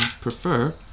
prefer